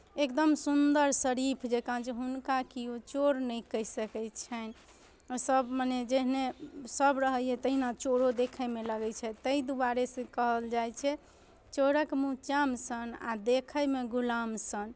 एकदम सुन्दर शरीफ जँका जे हुनका किओ चोर नहि कहि सकै छनि ओसभ मने जेहने सभ रहैए तहिना चोरो देखयमे लगै छथि ताहि दुआरे से कहल जाइ छै चोरक मूँह चान सन आ देखयमे गुलाम सन